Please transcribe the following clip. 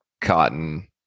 cotton